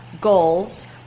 goals